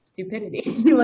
stupidity